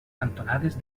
cantonades